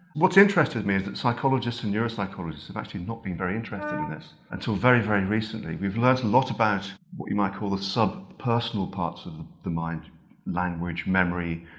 what's interested me is that psychologists and neuropsychologists have actually not been very interested in this until very, very recently. we've learned a lot about what you might call the sub-personal parts of the mind language, memory,